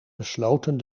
besloten